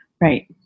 right